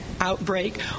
outbreak